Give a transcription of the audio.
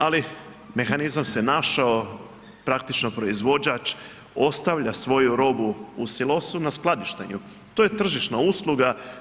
Ali mehanizam se našao, praktički proizvođač ostavlja svoju robu u silosu na skladištenju, to je tržišna usluga.